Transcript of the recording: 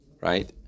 right